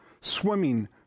swimming